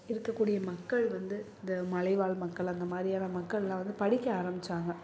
இருக்கக்கூடிய மக்கள் வந்து இந்த மலைவாழ் மக்கள் அந்த மாதிரியான மக்கள்லாம் படிக்க ஆரம்பிச்சாங்க